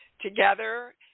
together